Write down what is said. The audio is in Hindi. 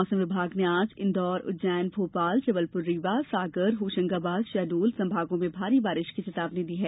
मौसम विभाग ने आज इंदौर उज्जैन भोपाल जबलपुर रीवा सागर होशंगाबाद शहडोल संभागों में भारी बारिश की चेतावनी दी है